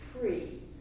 free